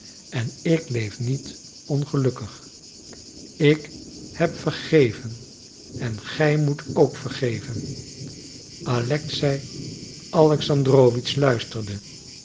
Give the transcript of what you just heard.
en ik leef niet ongelukkig ik heb vergeven en gij moet ook vergeven alexei alexandrowitsch luisterde